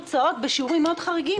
אי הקדמת הוצאות בשיעורים חריגים מאוד,